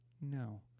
No